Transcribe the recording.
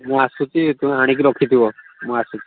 ମୁଁ ଆସୁଛି ତୁମେ ଆଣିକି ରଖିଥିବ ମୁଁ ଆସୁଛି